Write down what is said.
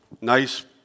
nice